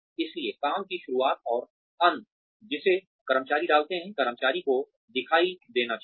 इसलिए काम की शुरुआत और अंत जिसे कर्मचारी डालते हैं कर्मचारियों को दिखाई देना चाहिए